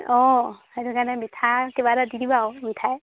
অঁ সেইটো কাৰণে মিঠা কিবা এটা দি দিবা আৰু মিঠাই